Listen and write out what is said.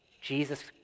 Jesus